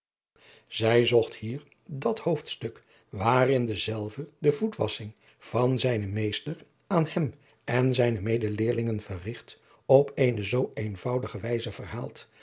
zij zocht hier dat hoofdstuk waarin dezelve de voetwassching van zijnen meester aan hem en zijne medeleerlingen verrigt op eene zoo eenvoudige wijze verhaalt